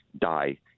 die